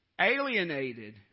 alienated